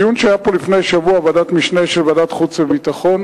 בדיון שהיה פה לפני שבוע בוועדת משנה של ועדת החוץ והביטחון